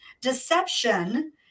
Deception